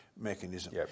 mechanism